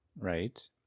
right